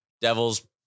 devils